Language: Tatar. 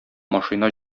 машина